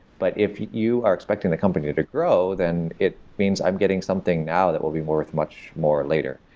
but if you are expecting the company to grow, then it means i'm getting something now that will be worth much more later.